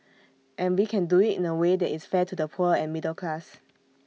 and we can do IT in A way that is fair to the poor and middle class